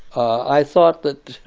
i thought that,